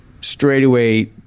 straightaway